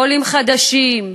עולים חדשים,